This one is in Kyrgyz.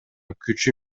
күчү